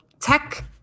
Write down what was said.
tech